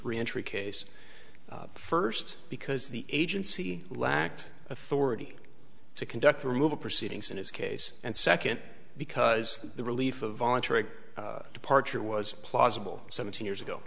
reentry case first because the agency lacked authority to conduct the removal proceedings in his case and second because the relief of voluntary departure was plausible seventeen years ago